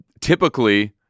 Typically